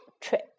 trick